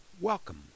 Welcome